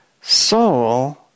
soul